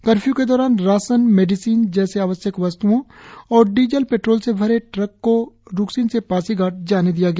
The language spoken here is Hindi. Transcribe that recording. कर्फ्यू के दौरान राशन मेडिसीन जैसे आवश्यक वस्तुओं और डीजल पेट्रोल से भरे ट्रक को रुकसिन से पासीघाट जाने दिया गया